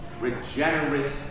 regenerate